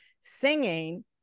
singing